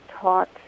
taught